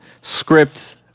script